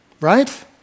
Right